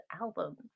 albums